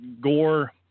gore